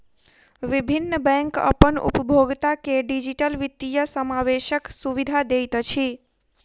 विभिन्न बैंक अपन उपभोगता के डिजिटल वित्तीय समावेशक सुविधा दैत अछि